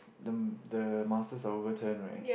the the masters are overturn right